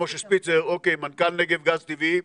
שפיצר, מנכ"ל נגב גז טבעי.